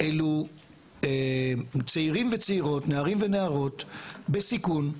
אלו צעירים וצעירות, נערים ונערות בסיכון,